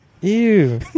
Ew